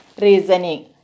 reasoning